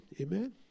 Amen